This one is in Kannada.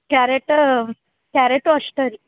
ಕ್ಯಾರಟ್ ಕ್ಯಾರಟು ಅಷ್ಟೆ ರೀ